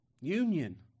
union